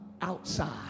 outside